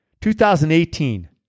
2018